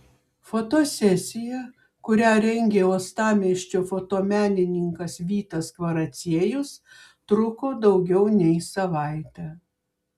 fotosesija kurią rengė uostamiesčio fotomenininkas vytas kvaraciejus truko daugiau nei savaitę